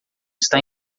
está